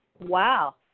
Wow